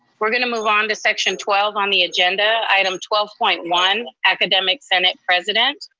we're going to move on to section twelve on the agenda, item twelve point one, academic senate president.